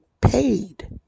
paid